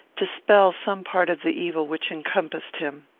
dispel some part of the evil which encompassed him.